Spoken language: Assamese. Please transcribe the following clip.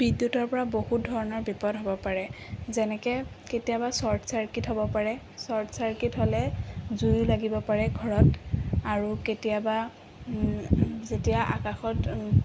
বিদ্যুতৰ পৰা বহুত ধৰণৰ বিপদ হ'ব পাৰে যেনেকৈ কেতিয়াবা ছৰ্ট ছাৰ্কিট হ'ব পাৰে ছৰ্ট ছাৰ্কিট হ'লে জুয়ো লাগিব পাৰে ঘৰত আৰু কেতিয়াবা যেতিয়া আকাশত